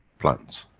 plants.